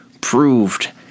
proved